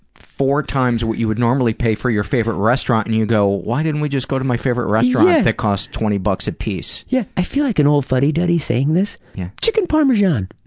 four times what you would normally pay for your favorite restaurant and you go, why didn't we just go to my favorite restaurant that costs twenty bucks a piece. yeah, i feel like an old fuddy duddy saying this but yeah chicken parmesan,